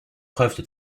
preuve